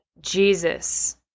Jesus